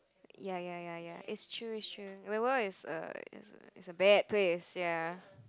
ya ya ya ya is true is true the world is a is a bad place ya